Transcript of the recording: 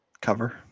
Cover